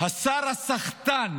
השר הסחטן